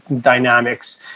dynamics